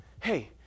hey